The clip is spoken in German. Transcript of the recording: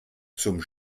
zum